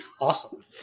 Awesome